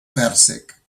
pèrsic